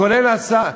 כולל השר,